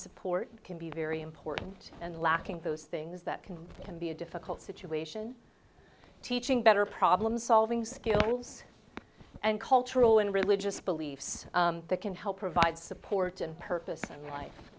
support can be very important and lacking those things that can can be a difficult situation teaching better problem solving skills and cultural and religious beliefs that can help provide support and purpose in